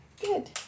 Good